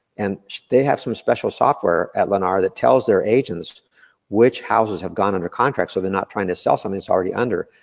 and they have some special software at lennara, that tells their agents which houses have gone under contract, so they're not trying to sell something that's already under.